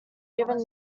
given